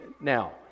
Now